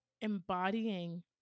embodying